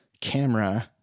camera